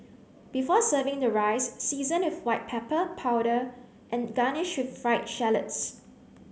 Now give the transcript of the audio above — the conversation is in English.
before serving the rice season with white pepper powder and garnish with fried shallots